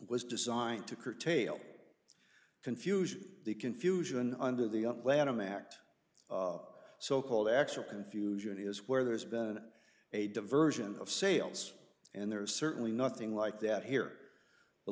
was designed to curtail confusion the confusion under the lanham act so called actual confusion is where there's been a diversion of sales and there is certainly nothing like that here the